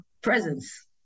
presence